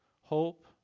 hope